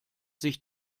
sich